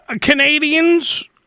Canadians